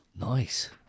Nice